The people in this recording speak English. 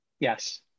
Yes